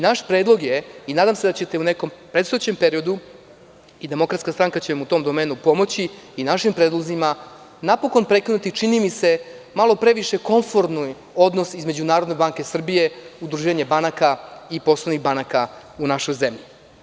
Naš predlog je i nadam se da ćete u nekom predstojećem periodu i DS će vam u tom domenu pomoći i našim predlozima napokon prekinuti čini mi se malo previše komforni odnos između NBS i udruženja banaka i poslovnih banaka u našoj zemlji.